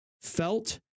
felt